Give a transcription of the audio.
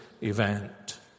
event